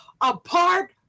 apart